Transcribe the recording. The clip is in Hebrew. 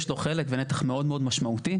יש לו חלק ונתח מאוד מאוד משמעותי.